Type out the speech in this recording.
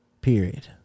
Period